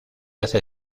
hace